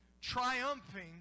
triumphing